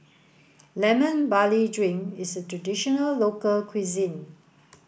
lemon barley drink is traditional local cuisine